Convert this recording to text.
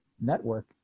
network